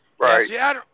Right